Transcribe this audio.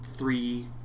three